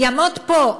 יעמוד פה,